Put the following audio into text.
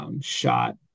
shot